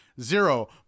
Zero